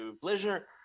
pleasure